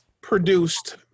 produced